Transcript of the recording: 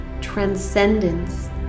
transcendence